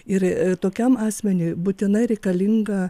ir tokiam asmeniui būtinai reikalinga